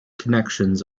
connections